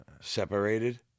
separated